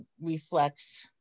reflects